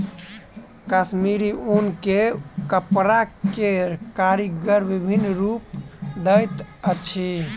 कश्मीरी ऊन के कपड़ा के कारीगर विभिन्न रूप दैत अछि